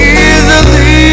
easily